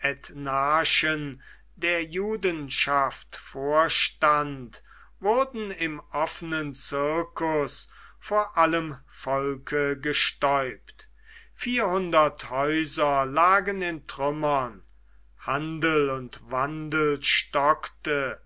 ethnarchen der judenschaft vorstand wurden im offenen circus vor allem volke gestäupt vierhundert häuser lagen in trümmern handel und wandel stockte